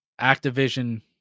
Activision